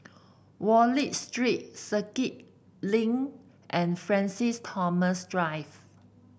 Wallich Street Circuit Link and Francis Thomas Drive